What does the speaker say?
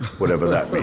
whatever that but